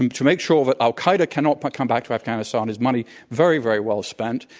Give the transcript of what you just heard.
um to make sure that al-qaeda cannot but come back to afghanistan is money very, very well-spent,